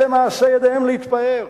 אלה מעשי ידיהם להתפאר.